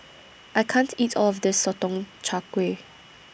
I can't eat All of This Sotong Char Kway